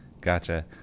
Gotcha